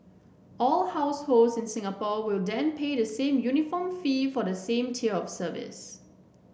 all households in Singapore will then pay the same uniform fee for the same tier of service